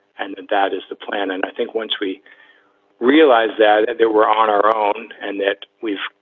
and that is the plan. and i think once we realized that they were on our own and that we've,